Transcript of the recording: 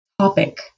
topic